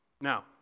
Now